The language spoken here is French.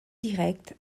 direct